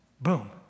boom